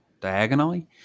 diagonally